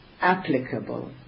applicable